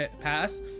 pass